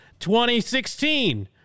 2016